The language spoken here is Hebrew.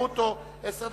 ברוטו עשר דקות.